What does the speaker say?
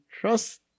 trust